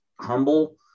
humble